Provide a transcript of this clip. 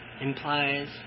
implies